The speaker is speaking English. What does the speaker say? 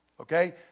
okay